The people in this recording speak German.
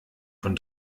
von